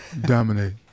Dominate